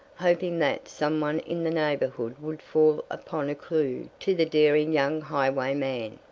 hoping that some one in the neighborhood would fall upon a clue to the daring young highwayman.